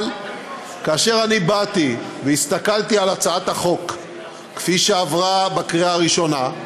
אבל כאשר אני באתי והסתכלתי על הצעת החוק כפי שהיא עברה בקריאה הראשונה,